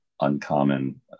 uncommon